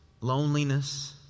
loneliness